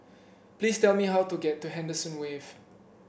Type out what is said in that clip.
please tell me how to get to Henderson Wave